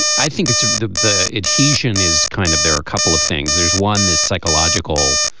i think it's the the adhesion is kind of there a couple of things there's one is psychological.